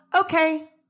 Okay